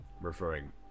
Referring